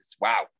wow